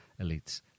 elites